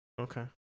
Okay